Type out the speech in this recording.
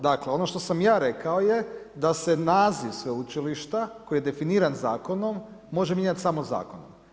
Dakle, ono što sam ja rekao je da se naziv sveučilišta koji je definiran zakonom može mijenjati samo zakonom.